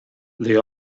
the